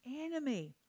enemy